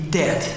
dead